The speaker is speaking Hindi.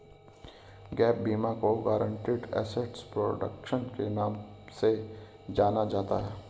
गैप बीमा को गारंटीड एसेट प्रोटेक्शन के नाम से जाना जाता है